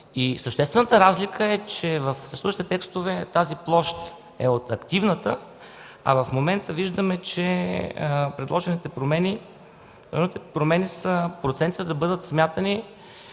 Съществената разлика е, че в същите текстове тази площ е от активната, а в момента виждаме, че предложените промени са процентите да бъдат смятани